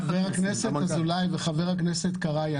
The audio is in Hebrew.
חבר הכנסת אזולאי וחבר הכנסת קרעי,